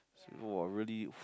!wow! really